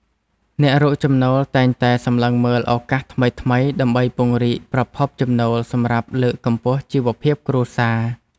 អ្នករកចំណូលតែងតែសម្លឹងមើលឱកាសថ្មីៗដើម្បីពង្រីកប្រភពចំណូលសម្រាប់លើកកម្ពស់ជីវភាពគ្រួសារ។